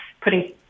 putting